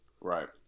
Right